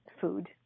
food